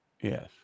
Yes